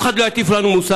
כן, אף אחד לא יטיף לנו מוסר,